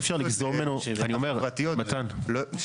מחירי השכירות.